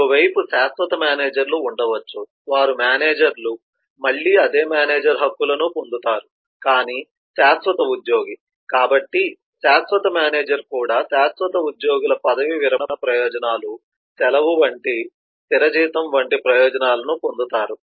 మరోవైపు శాశ్వత మేనేజర్లు ఉండవచ్చు వారు మేనేజర్లు మళ్లీ అదే మేనేజర్ హక్కులను పొందుతారు కానీ శాశ్వత ఉద్యోగి కాబట్టి శాశ్వత మేనేజర్ కూడా శాశ్వత ఉద్యోగుల పదవీ విరమణ ప్రయోజనాలు సెలవు వంటి స్థిర జీతం వంటి ప్రయోజనాలను పొందుతారు